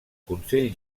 consell